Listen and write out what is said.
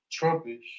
Trumpish